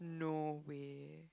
no way